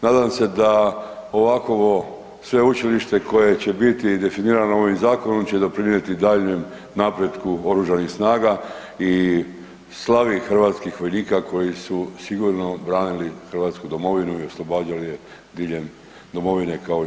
Nadam se da ovakovo sveučilište koje će biti definirano ovim zakonom će doprinijeti daljnjem napretku oružanih snaga i slavnih hrvatskih vojnika koji su sigurno branili Hrvatsku domovinu i oslobađali je diljem domovine kao i BiH.